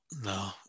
no